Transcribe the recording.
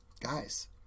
guys